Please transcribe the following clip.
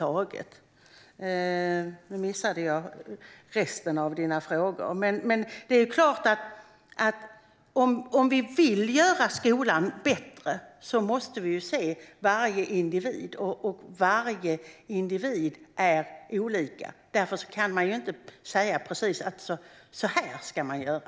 Nu missade jag resten av Christer Nylanders frågor, men det är klart att om vi vill göra skolan bättre så måste vi se varje individ, och varje individ är olika. Därför kan man inte säga precis att så här ska man göra.